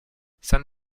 san